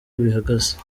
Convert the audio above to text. bihagaze